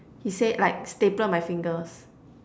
he said like staple my fingers